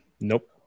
Nope